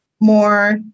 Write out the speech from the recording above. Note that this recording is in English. more